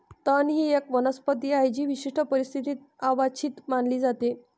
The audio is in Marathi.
तण ही एक वनस्पती आहे जी विशिष्ट परिस्थितीत अवांछित मानली जाते